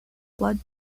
blood